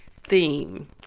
theme